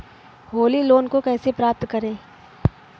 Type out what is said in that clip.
Holi loan को कैसे प्राप्त करें?